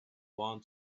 one